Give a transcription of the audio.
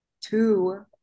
two